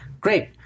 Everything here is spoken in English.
Great